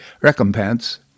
recompense